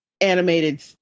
animated